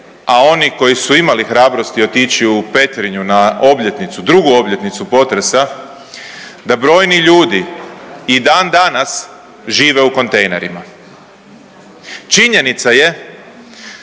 a oni koji su imali hrabrosti otići u Petrinju na obljetnicu, drugu obljetnicu potresa, da brojni ljudi i dan danas žive u kontejnerima. Činjenica je